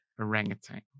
orangutan